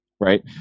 Right